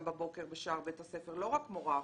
בבוקר בשער בית הספר ולא רק מורה אחת.